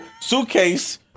suitcase